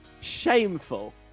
shameful